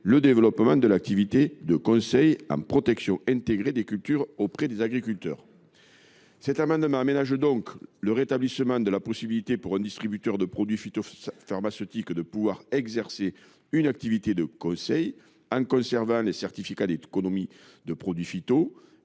le développement de l’activité de conseil en protection intégrée des cultures auprès des agriculteurs. Cet amendement tend donc à aménager le rétablissement de la possibilité pour un distributeur de produits phytopharmaceutiques d’exercer une activité de conseil en conservant les certificats d’économie de produits